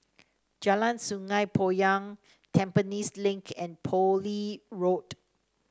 Jalan Sungei Poyan Tampines Link and Poole Road